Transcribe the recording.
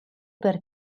per